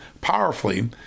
powerfully